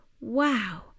wow